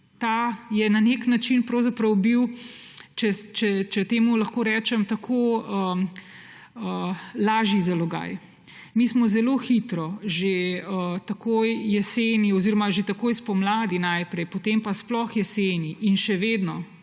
Ta je bil na nek način, če temu lahko tako rečem, lažji zalogaj. Mi smo zelo hitro, že takoj jeseni oziroma že takoj spomladi najprej, potem pa sploh jeseni in še vedno